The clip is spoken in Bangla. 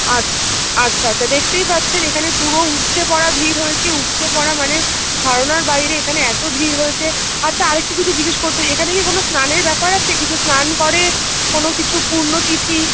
আচ আচ্ছা আচ্ছা দেখতেই পাচ্ছেন এখানে পুরো উপচে পড়া ভিড় হয়েছে উপচে পড়া মানে ধারণার বাইরে এখানে এত ভিড় হয়েছে আচ্ছা আরেকটু কিছু জিগ্যেস করতে চাই এখানে কি কোনো স্নানের ব্যাপার আছে কিছু স্নান করে কোনো কিছু পূণ্য তিথি